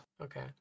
okay